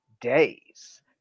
days